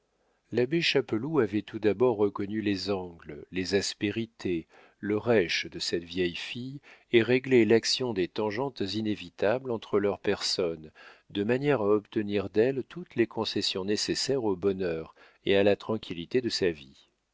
l'abbé chapeloud avait tout d'abord reconnu les angles les aspérités le rêche de cette vieille fille et réglé l'action des tangentes inévitables entre leurs personnes de manière à obtenir d'elle toutes les concessions nécessaires au bonheur et à la tranquillité de sa vie